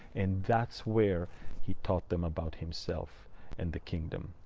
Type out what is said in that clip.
and that's where he taught them about himself and the kingdom.